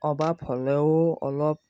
অভাৱ হ'লেও অলপ